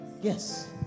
Yes